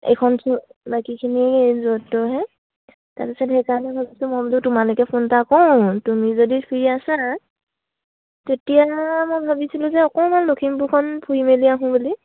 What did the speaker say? এইখন বাকীখিনি তাৰপিছত সেইকাৰণে ভাবিছোঁ মই বোলো তোমালোকে ফোন এটা কৰোঁ তুমি যদি ফ্ৰী আছা তেতিয়া মই ভাবিছিলোঁ যে অকমান লখিমপুৰখন ফুৰি মেলি আহোঁ বুলি